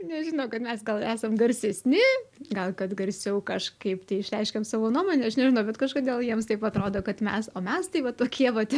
nežinau kad mes gal esam garsesni gal kad garsiau kažkaip išreiškiam savo nuomonę aš nežinau bet kažkodėl jiems taip atrodo kad mes o mes tai va tokie vat